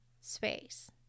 space